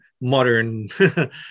modern